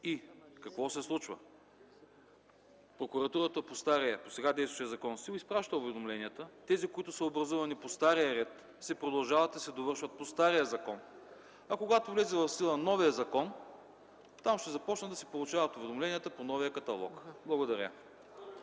Какво се случва? Прокуратурата по сега действащия закон си изпраща уведомленията, тези които са образувани по стария ред се продължават и се довършват по стария закон, а когато влезе в сила новия закон, там ще започнат да се получават уведомленията по новия каталог. Благодаря.